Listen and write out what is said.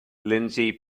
lindsey